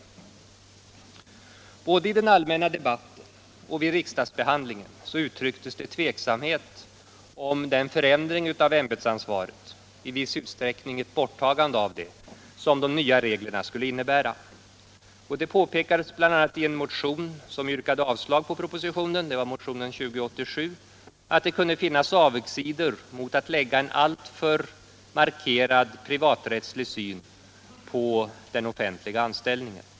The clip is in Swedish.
Både i den allmänna debatten och vid riksdagsbehandlingen uttrycktes det tvivel beträffande den förändring av ämbetsansvaret — i viss utsträckning ett borttagande av detta — som de nya reglerna skulle innebära. Det påpekades bl.a. i en motion, 1975:2087, där det yrkades avslag på propositionen, att det kunde finnas avigsidor förenade med att anlägga en alltför markerad privaträttslig syn på den offentliga anställningen.